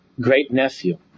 great-nephew